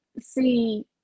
see